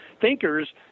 thinkers